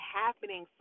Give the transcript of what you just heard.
happening